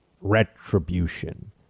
retribution